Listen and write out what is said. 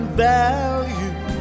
value